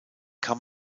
kann